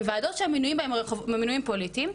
ועדות שהמינויים הם מינויים פוליטיים,